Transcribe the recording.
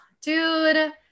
dude